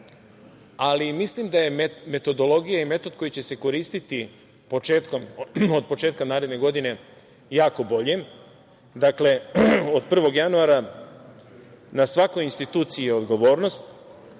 Ali, mislim da je metodologija i metod koji će se koristiti od početka naredno godine jako bolji. Dakle, od 1. januara na svakoj instituciji je odgovornost